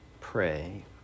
pray